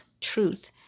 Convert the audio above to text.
truth